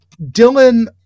Dylan